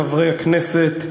חברי הכנסת,